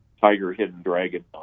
tiger-hidden-dragon